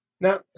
Now